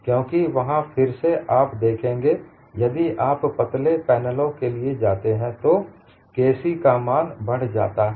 क्योंकि वहां फिर से आप देखेंगे यदि आप पतले पैनलों के लिए जाते हैं तो K C का मान बढ़ जाता है